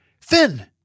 Finn